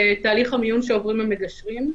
לתהליך המיון שעוברים המגשרים.